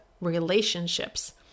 relationships